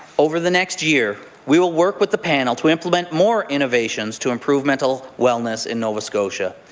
over the next year, we will work with the panel to implement more innovations to improve mental wellness in nova scotia,